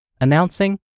Announcing